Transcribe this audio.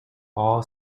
all